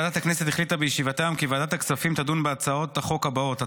ועדת הכנסת החליטה בישיבתה היום כי ועדת הכספים תדון בהצעות החוק הבאות: